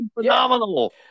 phenomenal